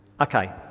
Okay